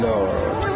Lord